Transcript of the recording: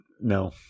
no